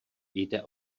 jde